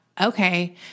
Okay